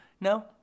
No